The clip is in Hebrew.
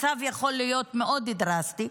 הצו יכול להיות מאוד דרסטי,